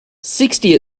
sixty